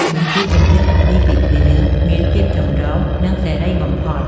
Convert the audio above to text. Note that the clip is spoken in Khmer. បញ្ជីចម្រៀងអាពាហ៍ពិពាហ៍មានភាពចម្រុះ និងសេរីបំផុត។